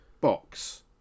box